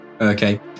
Okay